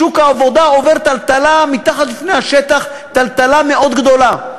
שוק העבודה עובר מתחת לפני השטח טלטלה מאוד גדולה.